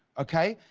okay.